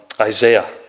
Isaiah